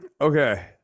Okay